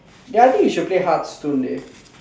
ya I think you should play harp soon dey